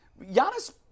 Giannis